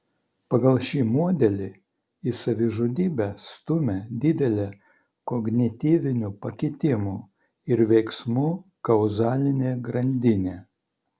pagal šį modelį į savižudybę stumia didelė kognityvinių pakitimų ir veiksmų kauzalinė grandinė